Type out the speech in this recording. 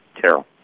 Terrell